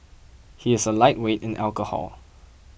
he is a lightweight in alcohol